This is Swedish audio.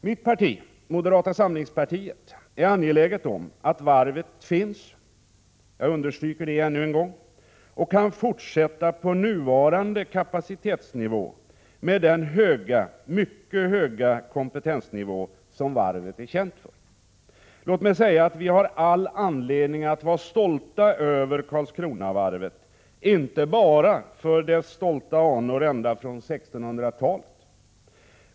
Mitt parti, moderata samlingspartiet, är angeläget om att varvet finns — jag understryker det ännu en gång — och kan fortsätta på nuvarande kapacitetsnivå och på den höga kompetensnivå som varvet är känt för. Låt mig säga att vi har all anledning att vara stolta över Karlskronavarvet, inte bara för dess stolta anor ända från 1600-talet.